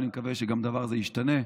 ואני מקווה שהדבר הזה ישתנה.